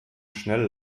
schnell